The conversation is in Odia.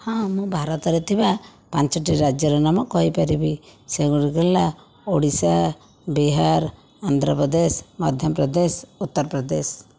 ହଁ ମୁଁ ଭାରତରେ ଥିବା ପାଞ୍ଚଟି ରାଜ୍ୟର ନାମ କହିପାରିବି ସେଗୁଡ଼ିକ ହେଲା ଓଡ଼ିଶା ବିହାର ଆନ୍ଧ୍ରପ୍ରଦେଶ ମଧ୍ୟପ୍ରଦେଶ ଉତ୍ତରପ୍ରଦେଶ